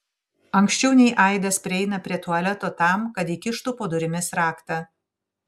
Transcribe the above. anksčiau nei aidas prieina prie tualeto tam kad įkištų po durimis raktą